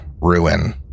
ruin